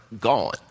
gone